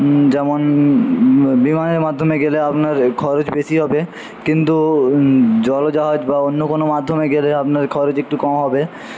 যেমন বিমানের মাধ্যমে গেলে আপনার খরচ বেশি হবে কিন্তু জল জাহাজ বা অন্য কোনো মাধ্যমে গেলে আপনার খরচ একটু কম হবে